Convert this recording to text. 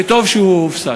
וטוב שהוא הופסק.